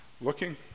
Looking